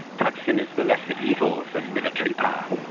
thaksin is the lesser evil than military power.